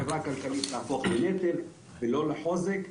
החברה הכלכלית תהפוך לנטל ולא לחוזק.